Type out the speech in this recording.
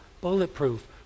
bulletproof